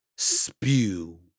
spew